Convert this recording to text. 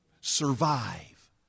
Survive